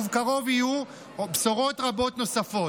ובקרוב יהיו בשורות רבות נוספות.